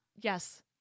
Yes